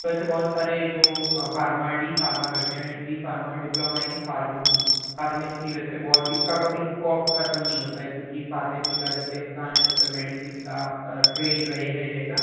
वैसे बहुत सारे जो फार्मा है डी फार्मा करते हैं डी फार्मा में डिप्लोमा इन फार्मेसी फार्मेसी वैसे बहुत इसका कभी स्कोप खत्म नहीं होता है क्योंकि फार्मेसी का जब तक इंसान है तब तक मेडिसिन का ट्रेंड रहेगा ही रहेगा